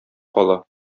кала